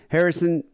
Harrison